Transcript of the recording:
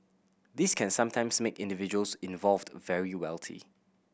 this can sometimes make individuals involved very wealthy